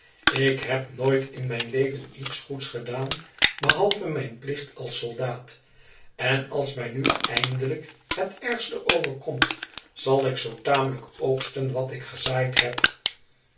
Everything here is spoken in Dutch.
ik heb nooit in mijn leven iets goeds gedaan behalve mijn plicht als soldaat en als mij nu eindelijk het ergste overkomt zal ik zoo tamelijk oogsten wat ik gezaaid heb